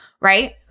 right